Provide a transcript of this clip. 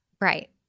Right